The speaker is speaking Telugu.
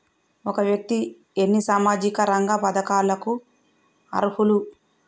ఒక వ్యక్తి ఎన్ని సామాజిక రంగ పథకాలకు అర్హులు?